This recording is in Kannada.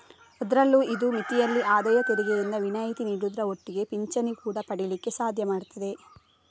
ಅದ್ರಲ್ಲೂ ಇದು ಮಿತಿಯಲ್ಲಿ ಆದಾಯ ತೆರಿಗೆಯಿಂದ ವಿನಾಯಿತಿ ನೀಡುದ್ರ ಒಟ್ಟಿಗೆ ಪಿಂಚಣಿ ಕೂಡಾ ಪಡೀಲಿಕ್ಕೆ ಸಾಧ್ಯ ಮಾಡ್ತದೆ